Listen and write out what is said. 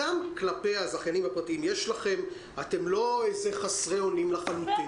גם כלפי הזכיינים הפרטיים אתם לא איזה חסרי אונים לחלוטין,